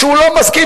שהוא לא מסכים,